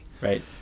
Right